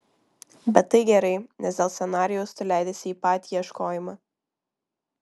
bet tai gerai nes dėl scenarijaus tu leidiesi į patį ieškojimą